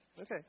Okay